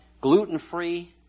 gluten-free